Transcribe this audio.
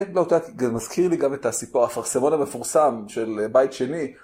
באותה, זה מזכיר לי גם את הסיפור האפרסמון המפורסם של בית שני.